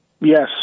Yes